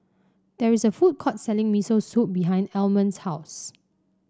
there is a food court selling Miso Soup behind Almond's house